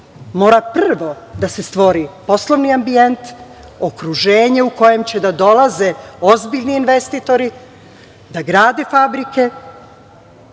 Mora prvo da se stvori poslovni ambijent, okruženje u kojem će da dolaze ozbiljni investitori, da grade fabrike,